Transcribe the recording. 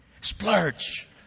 splurge